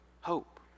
Hope